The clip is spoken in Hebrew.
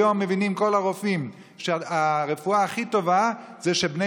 היום מבינים כל הרופאים שהרפואה הכי טובה זה שבני